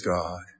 God